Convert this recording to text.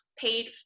paid